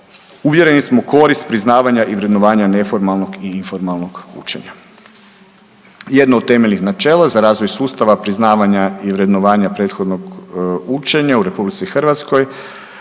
uvjereni smo korist priznavanja i vrednovanja neformalnog i informalnog učenja. Jedno od temeljnih načela za razvoj sustava priznavanja i vrednovanja prethodnog učenja u RH, a koje